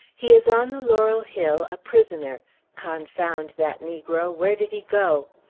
he is on the laurel hill a prisoner confound that negro! where did he go?